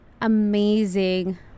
amazing